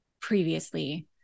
previously